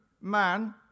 man